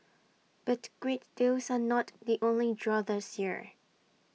but great deals are not the only draw this year